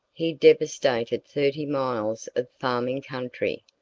he devastated thirty miles of farming country,